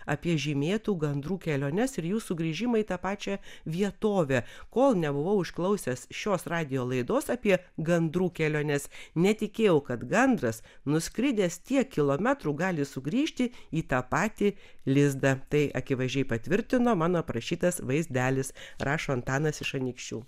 apie žymėtų gandrų keliones ir jų sugrįžimą į tą pačią vietovę kol nebuvau išklausęs šios radijo laidos apie gandrų keliones netikėjau kad gandras nuskridęs tiek kilometrų gali sugrįžti į tą patį lizdą tai akivaizdžiai patvirtino mano aprašytas vaizdelis rašo antanas iš anykščių